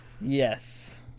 Yes